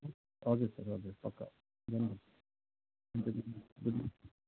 हजुर सर हजुर पक्का जानुपर्छ